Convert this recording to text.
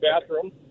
bathroom